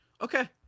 okay